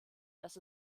dass